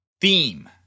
Theme